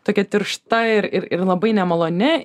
tokia tiršta ir ir labai nemaloni